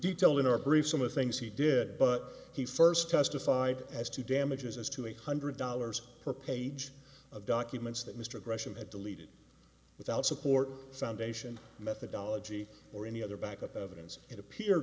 detailed in our brief some of the things he did but he first testified as to damages as to eight hundred dollars per page of documents that mr gresham had deleted without support sound ation methodology or any other backup evidence it appear